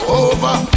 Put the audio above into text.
over